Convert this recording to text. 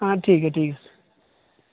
ہاں ٹھیک ہے ٹھیک